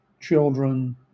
children